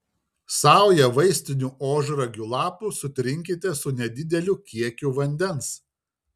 saują vaistinių ožragių lapų sutrinkite su nedideliu kiekiu vandens